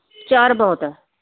ਚਾਰ ਬਹੁਤ ਆ